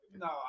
No